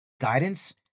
guidance